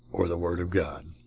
or the word of god.